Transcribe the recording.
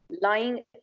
lying